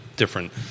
different